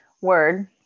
word